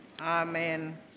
amen